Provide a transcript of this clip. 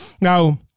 Now